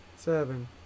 Seven